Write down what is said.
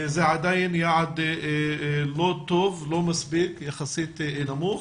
עדיין יעד לא טוב ולא מספיק, יחסית נמוך,